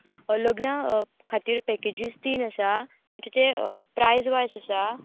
लग्ना खातीर पॅकेजीज तीन आसा म्हणजे ते प्रायज वायज आसा